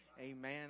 Amen